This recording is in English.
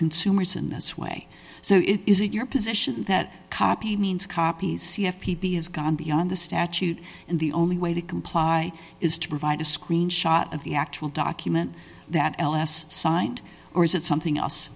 consumers in this way so it is it your position that copy means copies c f p b has gone beyond the statute and the only way to comply is to provide a screenshot of the actual document that ls signed or is it something else